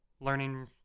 learning